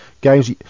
games